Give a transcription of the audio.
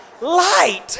Light